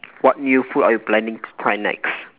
what new food are you planning to try next